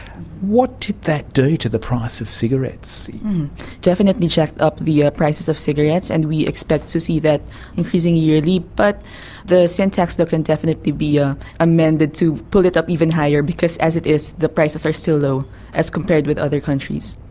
what did that do to the price of cigarettes? it definitely jacked up the prices of cigarettes, and we expect to see that increasing yearly. but the sin tax law can definitely be ah amended to pull it up even higher because, as it is, the prices are so low as compared with other countries.